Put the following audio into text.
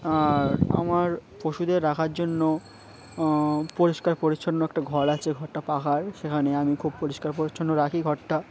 আর আমার পশুদের রাখার জন্য পরিষ্কার পরিচ্ছন্ন একটা ঘর আছে ঘরটা পাখার সেখানে আমি খুব পরিষ্কার পরিচ্ছন্ন রাখি ঘরটা